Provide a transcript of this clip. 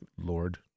Lord